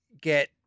get